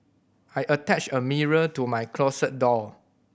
I attached a mirror to my closet door